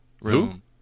room